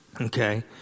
Okay